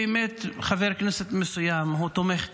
חבר כנסת מסוים הוא תומך טרור,